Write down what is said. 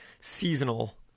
seasonal